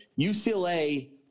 UCLA